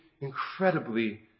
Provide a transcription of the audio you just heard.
incredibly